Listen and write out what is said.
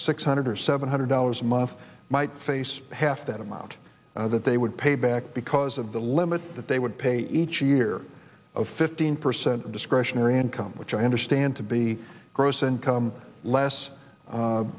six hundred or seven hundred dollars a month might face half that amount that they would pay back because of the limit that they would pay each year of fifteen percent of discretionary income which i understand to be gross income less